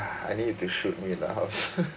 I need you to shoot me lah how